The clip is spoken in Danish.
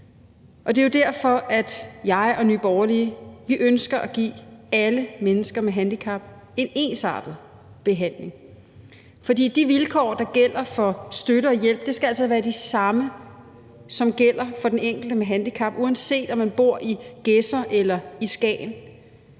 op. Det er jo derfor, at jeg og Nye Borgerlige ønsker at give alle mennesker med handicap en ensartet behandling. For de vilkår, der gælder for støtte og hjælp, skal altså være de samme for den enkelte med handicap, uanset om man bor i Gedser eller i Skagen.